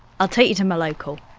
i'll take you to my local.